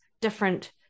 different